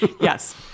Yes